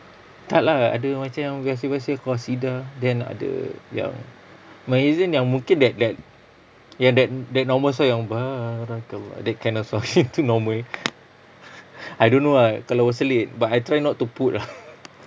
tak lah ada yang macam yang biasa-biasa qasidah then ada yang maher zain yang mungkin that that yang that that normal song yang barakallah that kind of song tu normal nya I don't know ah kalau selit but I try not to put lah